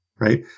right